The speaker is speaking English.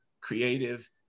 creative